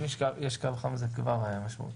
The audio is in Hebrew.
אם יש קו חם, זה כבר משמעותי.